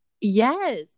Yes